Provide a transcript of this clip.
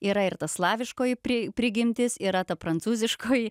yra ir ta slaviškoji pri prigimtis yra ta prancūziškoji